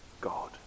God